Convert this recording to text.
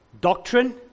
doctrine